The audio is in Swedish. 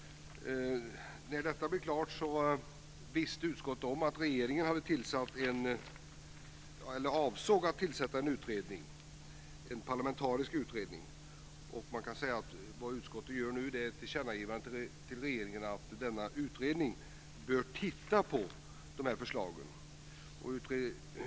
När detta blev klart visste utskottet om att regeringen avsåg att tillsätta en parlamentarisk utredning. Man kan säga att det utskottet gör nu är att avge ett tillkännagivande till regeringen om att denna utredning bör titta närmare på de här förslagen.